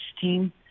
team